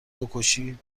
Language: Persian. بکشی